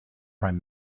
prime